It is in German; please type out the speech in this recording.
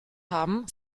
haben